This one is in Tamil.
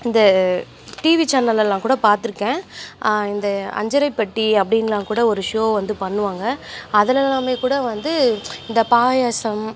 இந்த டிவி சேனல் எல்லாம் கூட பார்த்துருக்கேன் இந்த அஞ்சறைப்பெட்டி அப்படின்லாம் கூட ஒரு ஷோ வந்து பண்ணுவாங்க அதுலெல்லாமேக்கூட வந்து இந்த பாயாசம்